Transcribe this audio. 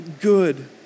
good